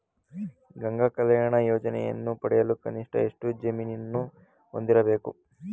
ಗಂಗಾ ಕಲ್ಯಾಣ ಯೋಜನೆಯನ್ನು ಪಡೆಯಲು ಕನಿಷ್ಠ ಎಷ್ಟು ಜಮೀನನ್ನು ಹೊಂದಿರಬೇಕು?